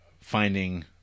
finding